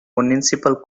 municipal